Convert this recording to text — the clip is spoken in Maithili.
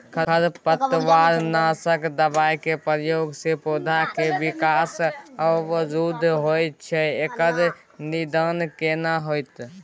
खरपतवार नासक दबाय के प्रयोग स पौधा के विकास अवरुध होय छैय एकर निदान केना होतय?